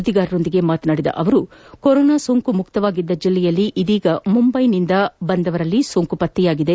ಸುದ್ದಿಗಾರರೊಂದಿಗೆ ಮಾತನಾಡಿದ ಅವರು ಕೊರೋನಾ ಸೋಂಕು ಮುಕ್ತವಾಗಿದ್ದ ಜಿಲ್ಲೆಯಲ್ಲಿ ಇದೀಗ ಮುಂಬೈನಿಂದ ಆಗಮಿಸಿದವರಲ್ಲಿ ಸೋಂಕು ಪತ್ತೆಯಾಗಿದೆ